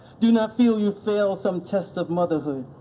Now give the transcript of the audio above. do not feel you failed some test of motherhood.